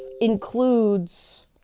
includes